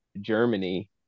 Germany